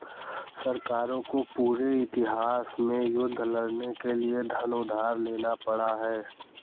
सरकारों को पूरे इतिहास में युद्ध लड़ने के लिए धन उधार लेना पड़ा है